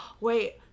Wait